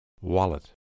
Wallet